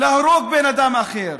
להרוג בן אדם אחר?